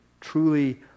truly